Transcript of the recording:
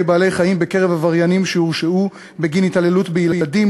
בעלי-חיים בקרב עבריינים שהורשעו בגין התעללות בילדים,